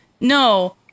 no